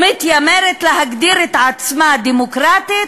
שמתיימרת להגדיר את עצמה דמוקרטית,